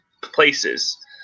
places